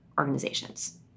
organizations